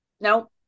No